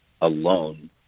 alone